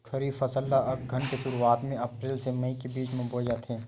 खरीफ फसल ला अघ्घन के शुरुआत में, अप्रेल से मई के बिच में बोए जाथे